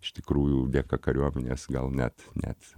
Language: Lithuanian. iš tikrųjų dėka kariuomenės gal net net